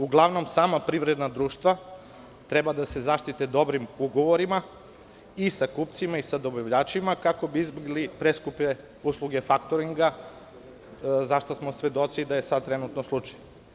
Uglavnom, sama privredna društva treba da se zaštite dobrim ugovorima i sa kupcima i sa dobavljačima, kako bi izbegli preskupe usluge faktoringa, za šta smo svedoci da je sada trenutno slučaj.